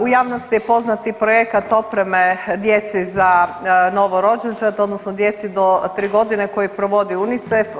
U javnosti je poznat i projekat opreme djece za novorođenčad odnosno djeci do 3.g. koje provodi UNICEF.